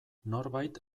norbait